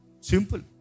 Simple